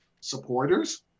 supporters